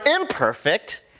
imperfect